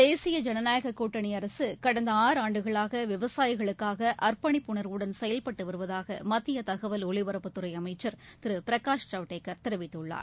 தேசிய ஜனநாயக கூட்டணி அரசு கடந்த ஆறாண்டுகளாக விவசாயிகளுக்காக அர்ப்பணிப்பு உணர்வுடன் செயல்பட்டு வருவதாக மத்திய தகவல் ஒலிபரப்புத் துறை அமைச்சர் திரு பிரகாஷ் ஜவ்டேகர் தெரிவித்துள்ளார்